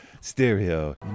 Stereo